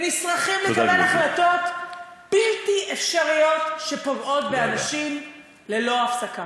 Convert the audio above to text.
ונשרכים לקבל החלטות בלתי אפשריות שפוגעות באנשים ללא הפסקה.